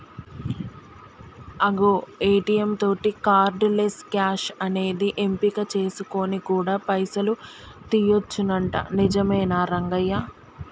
అగో ఏ.టీ.యం తోటి cardless cash అనేది ఎంపిక చేసుకొని కూడా పైసలు తీయొచ్చునంట నిజమేనా రంగయ్య